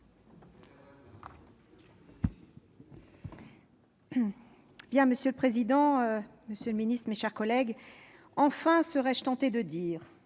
Robert. Monsieur le président, monsieur le ministre, mes chers collègues, « enfin !», serais-je tentée de dire ...